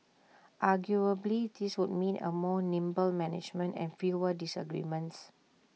arguably this would mean A more nimble management and fewer disagreements